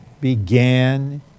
began